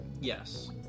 Yes